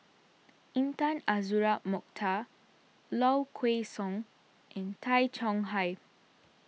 Intan Azura Mokhtar Low Kway Song and Tay Chong Hai